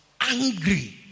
angry